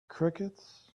crickets